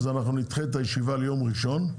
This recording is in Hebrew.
אז אנחנו נדחה את הישיבה ליום ראשון,